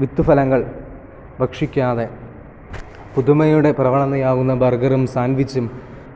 വിത്ത് ഫലങ്ങൾ ഭക്ഷിക്കാതെ പുതുമയുടെ പ്രവണതയാകുന്ന ബർഗറും സാൻവിച്ചും